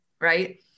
right